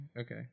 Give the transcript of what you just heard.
okay